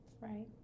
Right